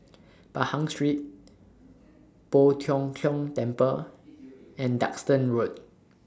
Pahang Street Poh Tiong Kiong Temple and Duxton Road